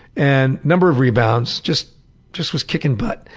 and number of rebounds, just just was kicking butt.